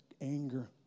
anger